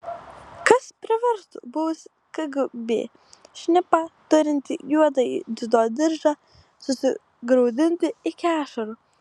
kas priverstų buvusį kgb šnipą turintį juodąjį dziudo diržą susigraudinti iki ašarų